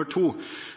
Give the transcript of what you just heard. lyst til å